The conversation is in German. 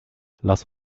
lass